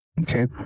Okay